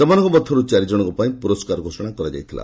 ସେମାନଙ୍କ ମଧ୍ୟରୁ ଚାରିଜଣଙ୍କ ପାଇଁ ପୁରସ୍କାର ଘୋଷଣା କରାଯାଇଥିଲା